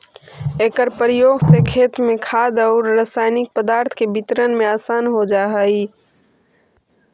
एकर प्रयोग से खेत में खाद औउर रसायनिक पदार्थ के वितरण में आसान हो जा हई